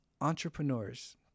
entrepreneurs